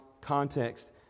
context